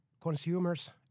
consumers